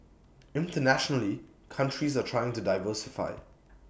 internationally countries are trying to diversify